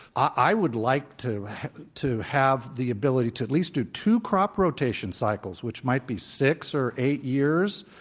i would like to to have the ability to at least do two crop rotation cycles, which might be six or eight years,